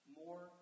more